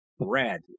red